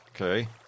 Okay